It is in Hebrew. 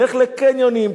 לך לקניונים,